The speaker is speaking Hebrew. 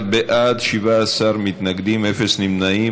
31 בעד, 17 מתנגדים, אפס נמנעים.